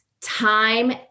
time